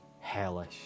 Hellish